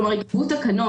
כלומר, יקבעו תקנות.